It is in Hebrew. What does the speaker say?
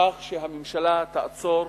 כך שהממשלה תעצור,